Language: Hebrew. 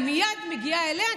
אני מייד מגיעה אליה,